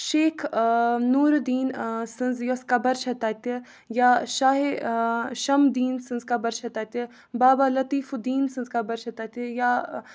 شیخ نوٗرٕ دیٖن سٕنٛز یۄس قبر چھےٚ تَتہِ یا شاہِ شاہِ ہمدیٖن سٕنٛز قبر چھےٚ تَتہِ بابا لطیٖف الدیٖن سٕنٛز قبر چھےٚ تَتہِ یا